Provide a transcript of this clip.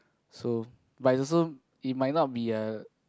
so but is also it might not be a